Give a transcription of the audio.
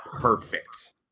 perfect